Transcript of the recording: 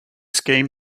scheme